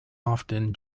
often